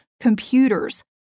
computers